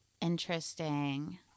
Interesting